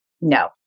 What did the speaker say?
No